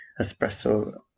espresso